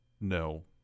no